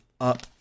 up